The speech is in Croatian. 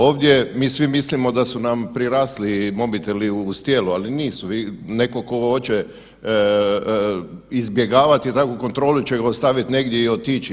Ovdje mi svi mislimo da su nam prirasli mobiteli uz tijelo, ali nisu, neko ko oće izbjegavati takvu kontrolu će ga ostavit negdje i otići.